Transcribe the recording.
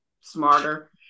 smarter